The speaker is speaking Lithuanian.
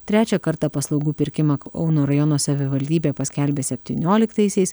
trečią kartą paslaugų pirkimą kauno rajono savivaldybė paskelbė septynioliktaisiais